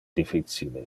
difficile